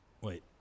Wait